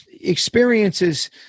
experiences